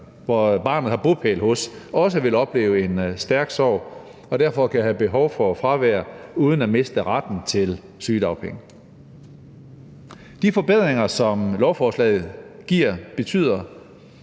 som barnet har bopæl hos, også vil opleve en stærk sorg og derfor kan have behov for fravær uden at miste retten til sygedagpenge. De forbedringer, som lovforslaget giver, betyder